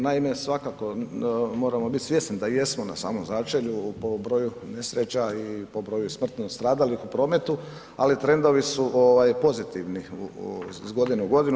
Naime, svakako moramo biti svjesni da i jesmo na samom začelju po broju nesreća i po broju smrtno stradalih u prometu ali trendovi su pozitivni iz godine u godinu.